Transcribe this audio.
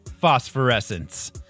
phosphorescence